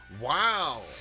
Wow